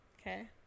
Okay